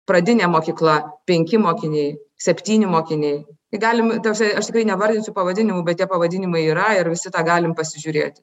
pradinė mokykla penki mokiniai septyni mokiniai galim ta prasme aš nevardinsiu pavadinimų bet tie pavadinimai yra ir visi tą galim pasižiūrėti